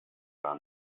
gar